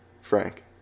Frank